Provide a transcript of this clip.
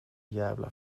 jävla